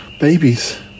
babies